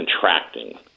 contracting